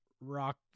rock